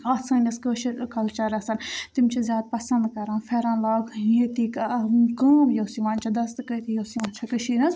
اَتھ سٲنِس کٲشٕر کلچَرس تِم چھِ زیادٕ پَسنٛد کَران پھیٚرَن لاگٕنۍ ییٚتِکۍ کٲم یۄس یِوان چھِ دَستہٕ کٲری یۄس یِوان چھِ کٔشیٖر ہنٛز